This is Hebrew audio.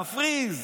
מפריז: